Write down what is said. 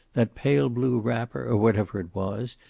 that pale blue wrapper, or whatever it was,